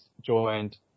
joined